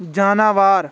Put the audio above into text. جاناوار